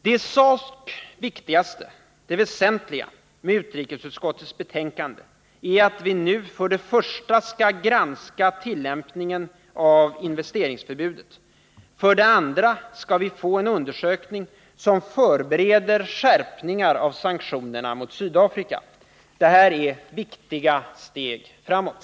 Det i sak viktigaste — det väsentliga — med utrikesutskottets betänkande är att vi nu, för det första, skall granska tillämpningen av investeringsförbudet. För det andra skall vi få en undersökning som förbereder skärpningar av sanktionerna mot Sydafrika. Detta är viktiga steg framåt.